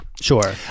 Sure